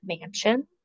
Mansion